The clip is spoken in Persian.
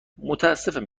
متاسفم